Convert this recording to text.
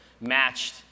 matched